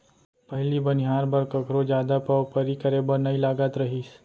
पहिली बनिहार बर कखरो जादा पवपरी करे बर नइ लागत रहिस